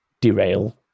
derail